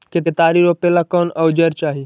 केतारी रोपेला कौन औजर चाही?